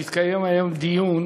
שהתקיים עליו היום דיון